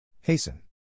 Hasten